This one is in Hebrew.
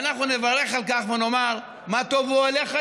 אנחנו נברך על כך ונאמר: מה טובו אוהליך,